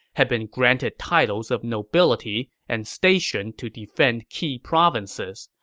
had been granted titles of nobility and stationed to defend key provinces,